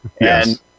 Yes